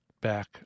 back